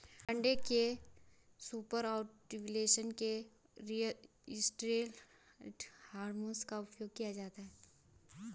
अंडे के super ovulation के लिए स्टेरॉयड हार्मोन का उपयोग किया जाता है